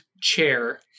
chair